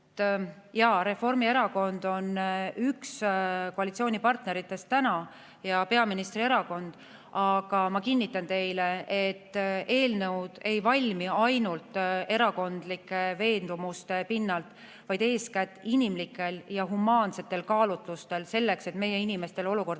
Jaa, Reformierakond on üks koalitsioonipartneritest ja peaministrierakond. Aga ma kinnitan teile, et eelnõud ei valmi ainult erakondlike veendumuste pinnalt, vaid eeskätt inimlikel ja humaansetel kaalutlustel, selleks et meie inimeste olukorda